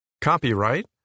Copyright